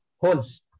holes